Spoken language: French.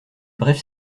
brève